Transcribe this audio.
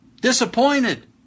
Disappointed